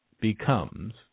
becomes